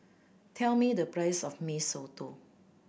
tell me the price of Mee Soto